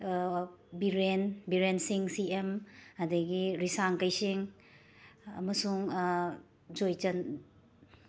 ꯕꯤꯔꯦꯟ ꯕꯤꯔꯦꯟ ꯁꯤꯡ ꯁꯤ ꯑꯦꯝ ꯑꯗꯒꯤ ꯔꯤꯁꯥꯡ ꯀꯩꯁꯤꯡ ꯑꯃꯁꯨꯡ ꯖꯣꯏꯆꯟ